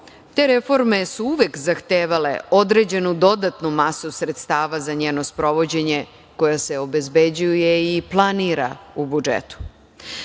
te reforme su uvek zahtevale određenu dodatnu masu sredstava za njeno sprovođenje koja se obezbeđuje i planira u